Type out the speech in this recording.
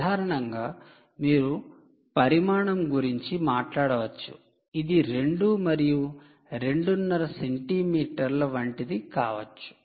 సాధారణంగా మీరు పరిమాణం గురించి మాట్లాడవచ్చు ఇది 2 మరియు రెండున్నర సెంటీమీటర్ల వంటిది కావచ్చు